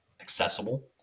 accessible